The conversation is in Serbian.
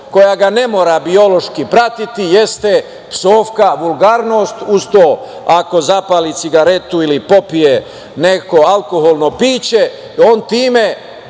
koja ga ne mora biološki pratiti, jeste psovka, vulgarnost. Uz to ako zapali cigaretu ili popije neko alkoholno piće, on time,